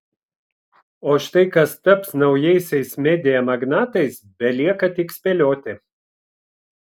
o štai kas taps naujaisiais media magnatais belieka tik spėlioti